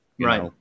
Right